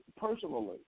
personally